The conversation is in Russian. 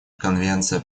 конвенция